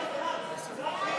רבה.